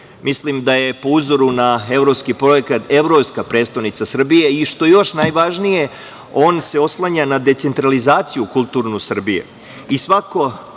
mislim, je po uzoru na evropski projekat Evropska prestonica Srbije i, što je još najvažnije, on se oslanja na decentralizaciju kulturnu Srbije.